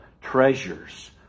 treasures